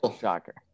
Shocker